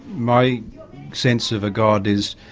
my sense of a god is